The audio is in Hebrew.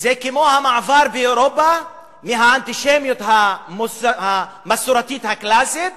זה כמו המעבר באירופה מהאנטישמיות המסורתית הקלאסית